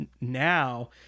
now